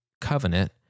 covenant